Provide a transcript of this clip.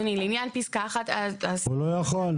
הוא לא יכול?